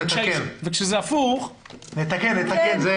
וכשזה הפוך --- נתקן.